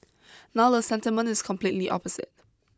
now the sentiment is completely opposite